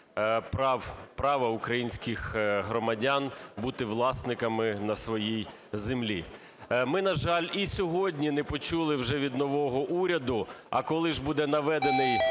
права українських громадян бути власниками на своїй землі. Ми, на жаль, і сьогодні не почули вже від нового уряду, а коли ж буде наведений